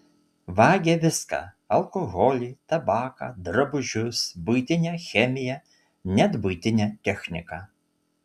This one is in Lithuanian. vagia viską alkoholį tabaką drabužius buitinę chemiją net buitinę techniką